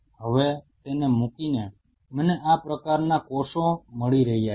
હવે તેને મુકીને મને આ પ્રકારના કોષો મળી રહ્યા છે